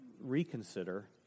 reconsider